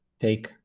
take